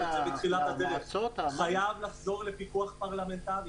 חייבים לחזור לפיקוח פרלמנטרי,